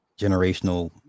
generational